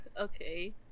okay